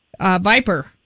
Viper